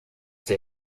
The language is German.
der